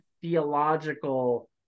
theological